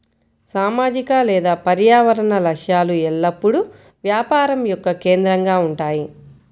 సామాజిక లేదా పర్యావరణ లక్ష్యాలు ఎల్లప్పుడూ వ్యాపారం యొక్క కేంద్రంగా ఉంటాయి